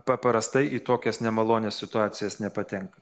paprastai į tokias nemalonias situacijas nepatenka